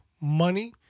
money